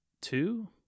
two